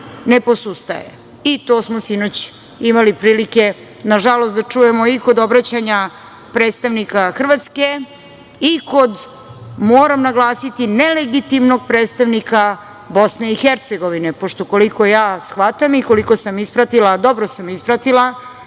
ne posustaje, i to smo sinoć imali prilike nažalost da čujemo i kod obraćanja predstavnika Hrvatske i kod, moram naglasiti, nelegitimnog predstavnika BiH, pošto koliko ja shvatam i koliko sam ispratila, a dobro sam ispratila,